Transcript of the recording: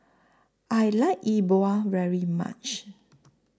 I like E Bua very much